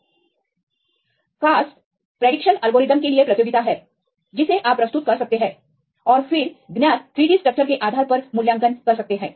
CASP structural भविष्यवाणी algorithm के लिए प्रतियोगिता है जिसे आप प्रस्तुत कर सकते हैं और फिर ज्ञात 3D स्ट्रक्चर के आधार पर मूल्यांकन करेंगे